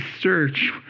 search